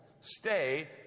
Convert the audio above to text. stay